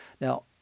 Now